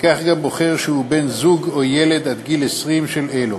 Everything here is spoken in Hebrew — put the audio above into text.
וכך גם בוחר שהוא בן-זוג או ילד עד גיל 20 של אלו.